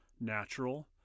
natural